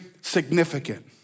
significant